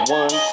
one